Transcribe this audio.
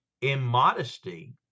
Immodesty